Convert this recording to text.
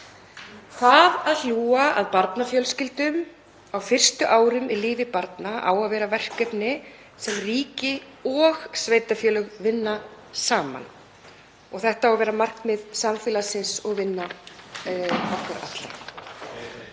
Það að hlúa að barnafjölskyldum á fyrstu árum í lífi barna á að vera verkefni sem ríki og sveitarfélög vinna saman. Þetta á að vera markmið samfélagsins og vinna okkar allra.